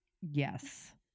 Yes